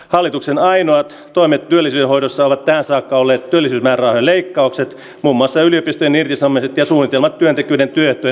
valituksen ainoat toimet tyylisiä hoidossa ovat tähän saakka oli tyly nämä leikkaukset omassa yliopistojen ja kisa mennyt ja suunnitelmat työntekijöiden työtön